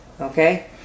Okay